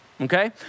Okay